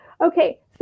Okay